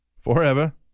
Forever